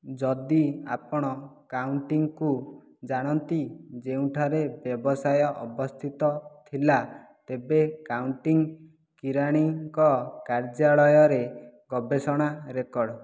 ଯଦି ଆପଣ କାଉଣ୍ଟିକୁ ଜାଣନ୍ତି ଯେଉଁଠାରେ ବ୍ୟବସାୟ ଅବସ୍ଥିତ ଥିଲା ତେବେ କାଉଣ୍ଟି କିରାଣୀଙ୍କ କାର୍ଯ୍ୟାଳୟରେ ଗବେଷଣା ରେକର୍ଡ଼